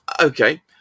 Okay